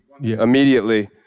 immediately